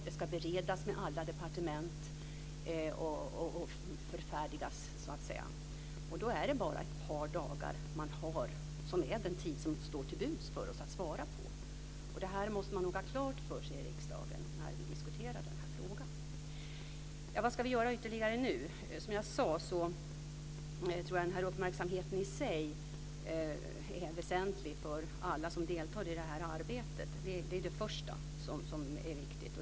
Det ska beredas på alla departement och förfärdigas. Då är det bara ett par dagar som står till buds för oss att svara på. Detta måste man nog ha klart för sig i riksdagen när man diskuterar denna fråga. Vad ska vi göra ytterligare nu? Som jag sade tror jag att denna uppmärksamhet i sig är rätt väsentlig för alla som deltar i detta arbete. Det är det första som är viktigt.